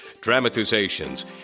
dramatizations